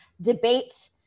debate